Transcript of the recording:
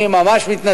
אני לוקח את זה